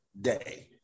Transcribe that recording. day